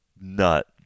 nut